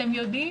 אתם יודעים